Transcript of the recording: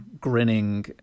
grinning